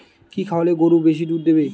কি খাওয়ালে গরু বেশি দুধ দেবে?